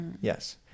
Yes